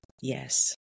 yes